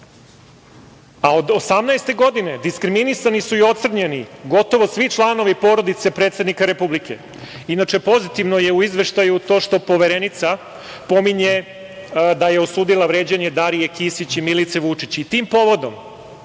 2018. godine diskriminisani su i ocrnjeni gotovo svi članovi porodice predsednika Republike. Inače, pozitivno je u izveštaju to što Poverenica pominje da je osudila vređanje Darije Kisić i Milice Vučić